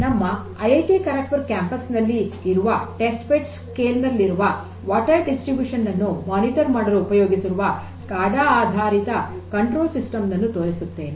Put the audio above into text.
ನಮ್ಮ I I T kharagpur campus ನಲ್ಲಿ ಇರುವ ಟೆಸ್ಟ್ ಬೆಡ್ ಸ್ಕೇಲ್ ನಲ್ಲಿರುವ ನೀರಿನ ವಿತರಣೆಯನ್ನು ಮೇಲ್ವಿಚಾರಣೆ ಮಾಡಲು ಉಪಯೋಗಿಸಿರುವ ಸ್ಕಾಡಾ ಆಧಾರಿತ ಕಂಟ್ರೋಲ್ ಸಿಸ್ಟಮ್ ನನ್ನು ತೋರಿಸುತ್ತೇನೆ